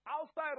outside